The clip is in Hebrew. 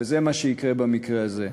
וזה מה שיקרה במקרה זה.